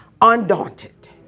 undaunted